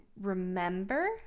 remember